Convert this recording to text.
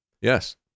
Yes